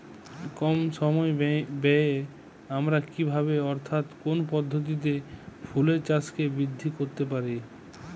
কম সময় ব্যায়ে আমরা কি ভাবে অর্থাৎ কোন পদ্ধতিতে ফুলের চাষকে বৃদ্ধি করতে পারি?